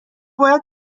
باید